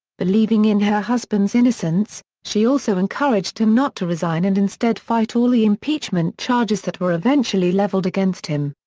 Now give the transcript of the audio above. believing in her husband's innocence, she also encouraged him not to resign and instead fight all the impeachment charges that were eventually leveled against him.